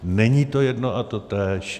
Není to jedno a totéž.